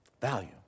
Value